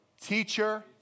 teacher